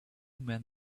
men